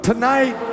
Tonight